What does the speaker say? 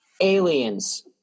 Aliens